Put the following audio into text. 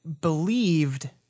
believed